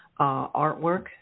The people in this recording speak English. artwork